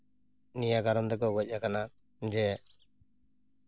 ᱱᱤᱭᱟᱹ ᱠᱟᱨᱚᱱ ᱛᱮᱠᱚ ᱜᱚᱡ ᱠᱟᱱᱟ ᱡᱮ